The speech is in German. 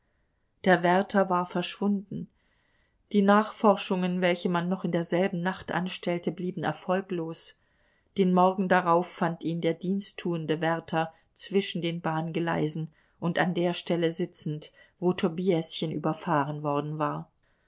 der wärter war verschwunden die nachforschungen welche man noch in derselben nacht anstellte blieben erfolglos den morgen darauf fand ihn der diensttuende wärter zwischen den bahngeleisen und an der stelle sitzend wo tobiäschen überfahren worden war